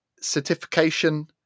certification